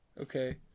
okay